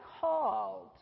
called